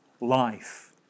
life